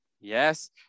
Yes